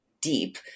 deep